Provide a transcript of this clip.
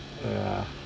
yeah